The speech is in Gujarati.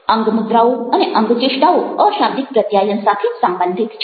અંગમુદ્રાઓ અને અંગચેષ્ટાઓ અશાબ્દિક પ્રત્યાયન સાથે સંબંધિત છે